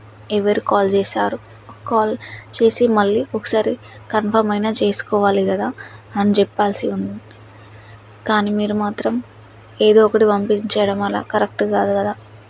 ఎవరు కాల్ చేశారు కాల్ చేసి మళ్ళీ ఒకసారి కన్ఫామ్ అయినా చేసుకోవాలి కదా అని చెప్పాల్సి ఉంది కానీ మీరు మాత్రం ఏదో ఒకటి పంపించడం అలా కరెక్ట్ కాదు కదా